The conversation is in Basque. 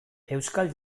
euskal